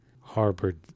harbored